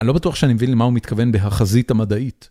אני לא בטוח שאני מבין למה הוא מתכוון בהחזית המדעית.